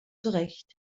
zurecht